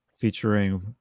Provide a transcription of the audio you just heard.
featuring